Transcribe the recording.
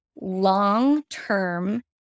long-term